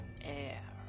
air